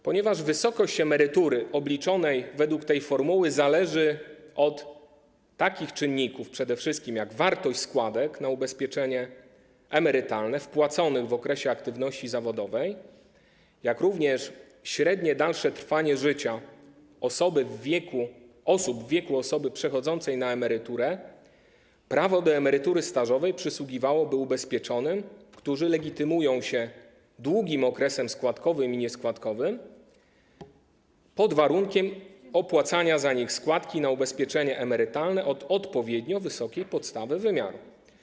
Ponieważ wysokość emerytury obliczonej według tej formuły zależy przede wszystkim od takich czynników jak wartość składek na ubezpieczenie emerytalne wpłacone w okresie aktywności zawodowej, jak również średnie dalsze trwanie życia osób w wieku osoby przechodzącej na emeryturę, prawo do emerytury stażowej przysługiwałoby ubezpieczonym, którzy legitymują się długim okresem składkowym i nieskładkowym pod warunkiem opłacania za nich składki na ubezpieczenie emerytalne od odpowiednio wysokiej podstawy wymiaru.